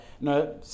no